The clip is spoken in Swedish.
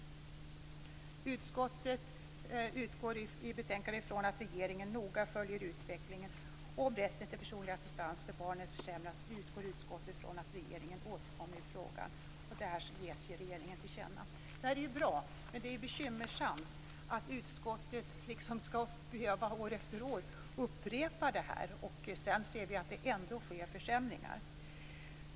Utskottet utgår i betänkandet från att regeringen noga följer utvecklingen. Om rätten till personlig assistans för barnen försämras, utgår utskottet från att regeringen återkommer i frågan, och detta ges regeringen till känna. Det är bra, men det är bekymmersamt att utskottet år efter år skall behöva upprepa detta krav och vi sedan ser att det ändå sker försämringar.